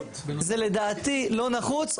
זה לדעתי לא נחוץ,